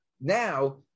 now